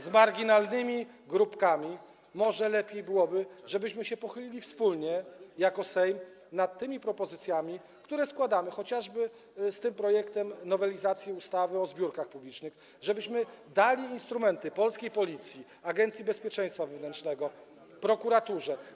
z marginalnymi grupkami, to może lepiej byłoby, żebyśmy pochylili się wspólnie jako Sejm nad tymi propozycjami, które składamy - chociażby nad tym projektem nowelizacji ustawy o zbiórkach publicznych - żebyśmy dali instrumenty polskiej Policji, Agencji Bezpieczeństwa Wewnętrznego, prokuraturze.